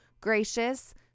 gracious